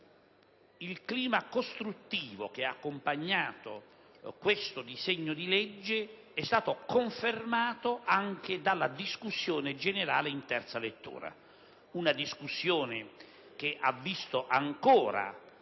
Il clima costruttivo che ha accompagnato questo disegno di legge è stato confermato anche dalla discussione generale in terza lettura. Una discussione che ha visto ancora